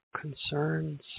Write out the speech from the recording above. concerns